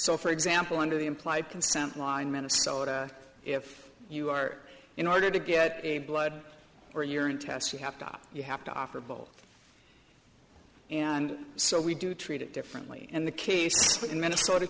so for example under the implied consent line minnesota if you are in order to get a blood or urine test you have to you have to offer both and so we do treat it differently and the case in minnesota